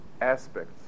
aspects